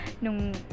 nung